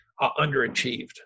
underachieved